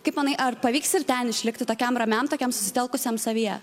kaip manai ar pavyks ir ten išlikti tokiam ramiam tokiam susitelkusiam savyje